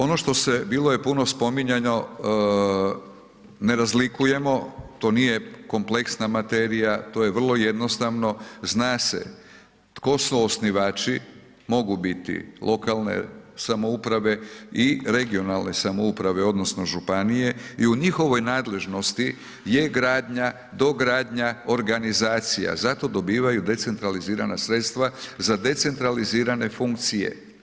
Ono što se, bilo je puno spominjano ne razlikujemo, to nije kompleksna materija, to je vrlo jednostavno, zna se tko su osnivači, mogu biti lokalne samouprave i regionalne samouprave odnosno županije i u njihovoj nadležnosti je gradnja, dogradnja, organizacija, zato dobivaju decentralizirana sredstva za decentralizirane funkcije.